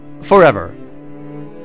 forever